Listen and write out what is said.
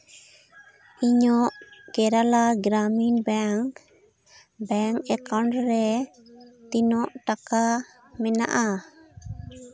ᱤᱧᱟᱹᱜ Kerala Gramin bank bank account ᱨᱮ ᱛᱤᱱᱟᱹᱜ ᱴᱟᱠᱟ ᱢᱮᱱᱟᱜᱼᱟ